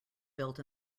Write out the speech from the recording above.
built